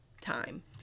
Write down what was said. time